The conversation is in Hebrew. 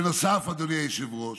בנוסף, אדוני היושב-ראש,